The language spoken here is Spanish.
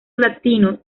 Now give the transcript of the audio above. platino